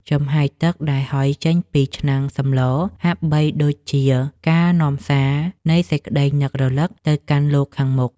ចំហាយទឹកដែលហុយចេញពីឆ្នាំងសម្លហាក់បីដូចជាការនាំសារនៃសេចក្តីនឹករលឹកទៅកាន់លោកខាងមុខ។